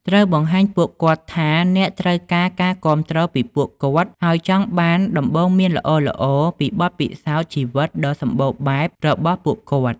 ត្រូវបង្ហាញពួកគាត់ថាអ្នកត្រូវការការគាំទ្រពីពួកគាត់ ហើយចង់បានដំបូន្មានល្អៗពីបទពិសោធន៍ជីវិតដ៏សម្បូរបែបរបស់ពួកគាត់។